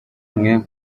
mwe